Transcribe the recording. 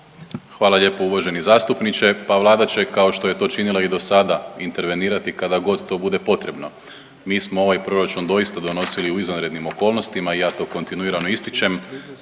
Hvala lijepo uvaženi zastupniče. Pa Vlada će kao što je to činila i do sada intervenirati kada god to bude potrebno. Mi smo ovaj proračun doista donosili u izvanrednim okolnostima i ja to kontinuirano ističem